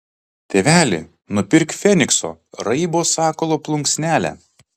tėveli nupirk fenikso raibo sakalo plunksnelę